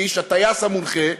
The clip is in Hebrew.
הטייס המונחה,